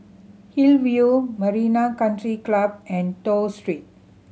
Hillview Marina Country Club and Toh Street